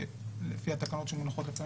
שלפי התקנות שמונחות אצלנו,